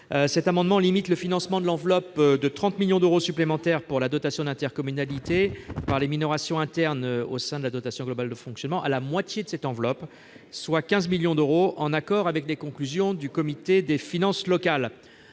Cet amendement vise à limiter le financement de l'enveloppe de 30 millions d'euros supplémentaires pour la dotation d'intercommunalité par les minorations internes au sein de la dotation globale de fonctionnement à la moitié de cette enveloppe, soit 15 millions d'euros, en accord avec les conclusions du comité des finances locales.